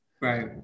Right